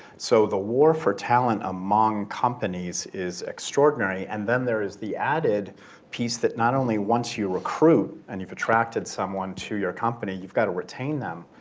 so the war for talent among companies is extraordinary and then there is the added piece that not only once you recruit and you've attracted someone to your company, you've got to retain them,